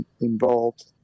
involved